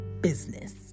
business